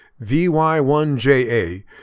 VY1JA